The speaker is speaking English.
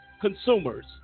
consumers